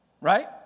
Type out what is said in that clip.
Right